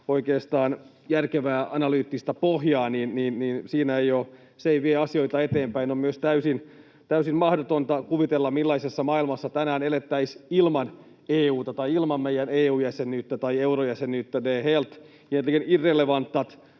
oikeastaan mitään järkevää, analyyttista pohjaa, ei vie asioita eteenpäin. On myös täysin mahdotonta kuvitella, millaisessa maailmassa tänään elettäisiin ilman EU:ta tai ilman meidän EU-jäsenyyttämme tai eurojäsenyyttämme. Det är egentligen helt irrelevant